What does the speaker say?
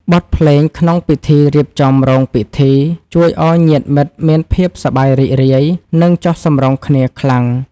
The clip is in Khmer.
បទភ្លេងក្នុងពិធីរៀបចំរោងពិធី ជួយឱ្យញាតិមិត្តមានភាពសប្បាយរីករាយ និងចុះសម្រុងគ្នាខ្លាំង។